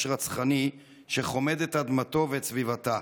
רצחני שחומד את אדמתו ואת סביבתה.